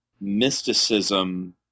mysticism